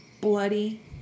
bloody